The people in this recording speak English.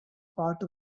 part